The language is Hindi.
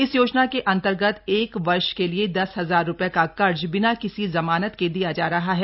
इस योजना के अंतर्गत एक वर्ष के लिए द स ह जा र रूप ये का क र्ज बि ना कि सी ज मा न त के दिया जा रहा है